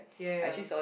ya ya